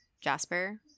Jasper